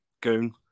Goon